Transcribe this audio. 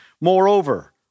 Moreover